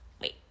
wait